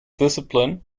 discipline